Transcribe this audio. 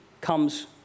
comes